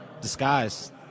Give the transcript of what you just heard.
disguise